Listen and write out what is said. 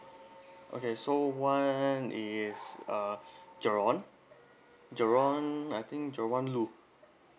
okay so one is uh jerone jerone I think jerone loo